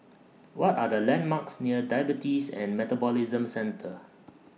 What Are The landmarks near Diabetes and Metabolism Centre